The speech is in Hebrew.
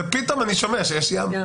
ופתאום אני שומע שיש ים.